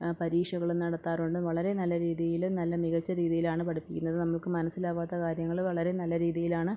പരീക്ഷകളും നടത്താറുണ്ട് വളരെ നല്ല രീതിയിലും നല്ല മികച്ച രീതിയിലാണ് പഠിപ്പിക്കുന്നത് നമുക്ക് മനസ്സിലാവാത്ത കാര്യങ്ങൾ വളരെ നല്ല രീതിയിലാണ്